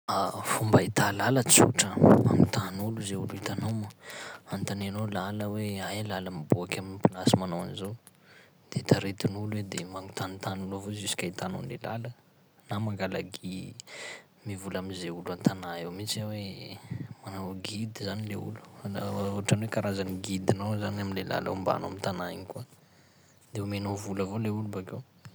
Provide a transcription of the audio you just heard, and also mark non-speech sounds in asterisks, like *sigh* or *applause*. *hesitation* Fomba ahita làla tsotra, *noise* magnontany olo, zay olo hitanao *noise* anontanianao làla hoe aia làla miboaky amy plasy manao an'izao? De taritin'olo i, de magnontanintany olo avao jusk'ahitanao an'le làla, na mangala gui- *noise* mivola am'izay olo an-tanà eo mitsy aho hoe- manao guide zany le olo, manao ohatran'ny hoe karazany guide-nao zany am'le làla ombanao am' tanà igny koa, de omenao vola avao le olo bakeo.